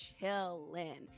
chilling